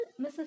Mrs